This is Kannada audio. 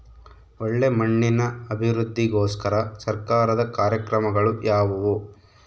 ಒಳ್ಳೆ ಮಣ್ಣಿನ ಅಭಿವೃದ್ಧಿಗೋಸ್ಕರ ಸರ್ಕಾರದ ಕಾರ್ಯಕ್ರಮಗಳು ಯಾವುವು?